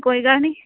ਕੋਈ ਗੱਲ ਨਹੀਂ